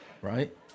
right